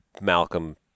Malcolm